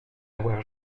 avoir